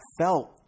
felt